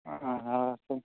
ஆ